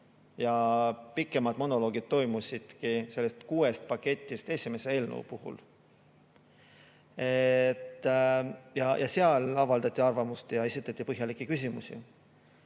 ja pikemad monoloogid toimusidki sellest kuuesest paketist esimese eelnõu puhul. Seal avaldati arvamust ja esitati põhjalikke küsimusi.